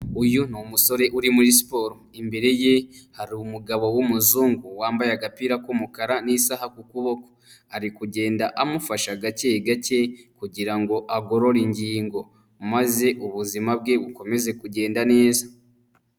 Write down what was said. Uyu ni umusore uri muri siporo, imbere ye hari umugabo w'umuzungu wambaye agapira k'umukara n'isaha ku kuboko, ari kugenda amufasha gake gake kugirango agorore ingingo maze ubuzima bwe bukomeze kugenda neza.